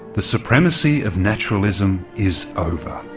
the supremacy of naturalism is over,